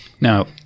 Now